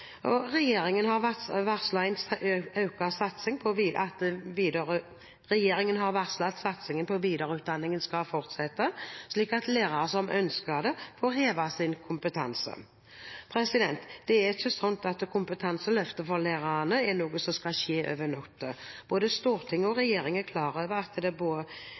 Regjeringen har varslet at satsingen på videreutdanning skal fortsette, slik at lærere som ønsker det, får hevet sin kompetanse. Det er ikke slik at kompetanseløftet for lærerne er noe som skal skje over natten. Både Stortinget og regjeringen er klar over at det